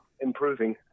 improving